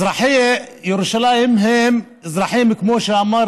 אזרחי ירושלים הם אזרחים, כמו שאמר